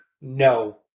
no